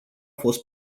fost